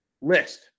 list